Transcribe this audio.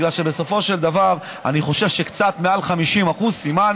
כי בסופו של דבר אני חושב שקצת מעל 50% זה סימן